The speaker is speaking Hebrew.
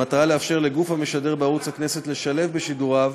במטרה לאפשר לגוף המשדר בערוץ הכנסת לשלב בשידוריו